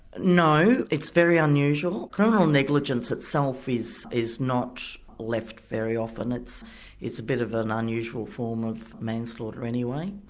no. it's very unusual. unusual. criminal negligence itself is is not left very often, it's it's a bit of an unusual form of manslaughter anyway.